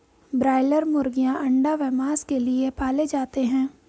broiler मुर्गीयां अंडा व मांस के लिए पाले जाते हैं